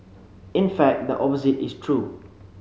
in fact the opposite is true